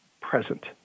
present